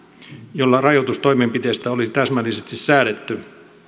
jolla rajoitustoimenpiteistä olisi täsmällisesti säädetty